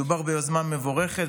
מדובר ביוזמה מבורכת,